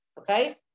Okay